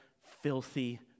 filthy